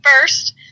first